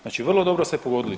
Znači vrlo dobro ste pogodili.